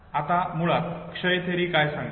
आता मुळात क्षय थेअरी काय सांगते